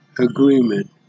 agreement